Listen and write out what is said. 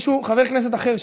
חבר כנסת אחר,